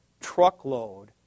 truckload